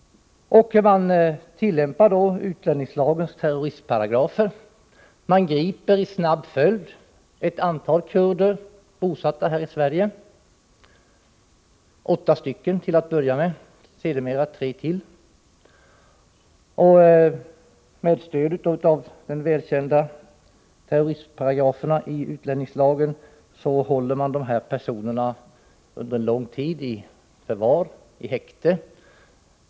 Man tillämpar utlänningslagens terroristparagrafer. Man griper i snabb följd en antal kurder bosatta i Sverige — till att börja med åtta stycken och sedermera ytterligare tre. Med stöd av de välkända terroristparagraferna i utlänningslagen håller man dessa personer i förvar, i häkte, under lång tid.